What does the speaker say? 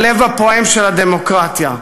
הלב הפועם של הדמוקרטיה,